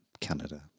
Canada